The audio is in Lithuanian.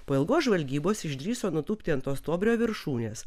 po ilgos žvalgybos išdrįso nutūpti ant to stuobrio viršūnės